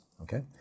Okay